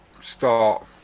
start